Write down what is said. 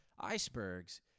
icebergs